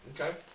Okay